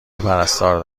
پرستار